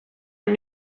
and